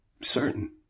certain